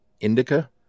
indica